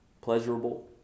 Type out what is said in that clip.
pleasurable